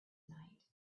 night